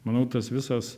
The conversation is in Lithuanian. manau tas visas